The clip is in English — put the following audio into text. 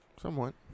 Somewhat